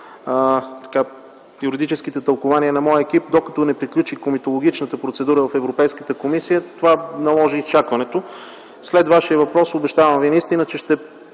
юридическите тълкувания на моя екип, докато не приключи комитологичната процедура в Европейската комисия. Това наложи изчакването. След Вашия въпрос обещавам Ви наистина, че